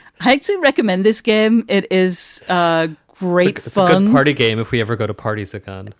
hate to recommend this game it is ah great fun party game if we ever go to parties again.